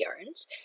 yarns